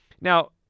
Now